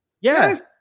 Yes